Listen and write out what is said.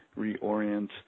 reorient